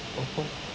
of course